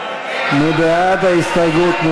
מי בעד ההסתייגות?